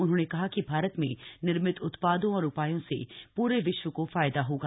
उन्होंने कहा कि भारत में निर्मित उत्पादों और उपायों से पूरे विश्व को फायदा होगा